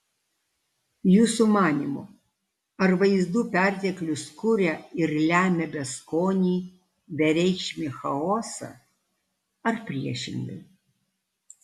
jūsų manymu ar vaizdų perteklius kuria ir lemia beskonį bereikšmį chaosą ar priešingai